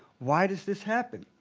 why does this happen?